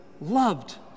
loved